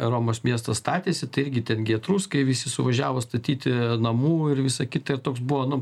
romos miestas statėsi tai irgi ten gi etruskai visi suvažiavo statyti namų ir visa kita ir toks buvo nu